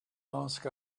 ask